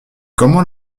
comment